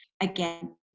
Again